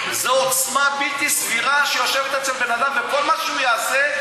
זו עוצמה בלתי סבירה שיושבת אצל בן-אדם וכל מה שהוא יעשה,